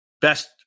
best